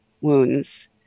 wounds